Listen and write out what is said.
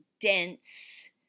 dense